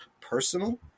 Personal